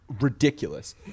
ridiculous